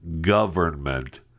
government